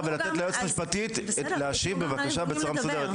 ולתת ליועצת המשפטית להשיב בצורה מסודרת.